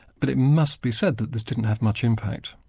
but it must be said that this didn't have much impact.